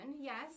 yes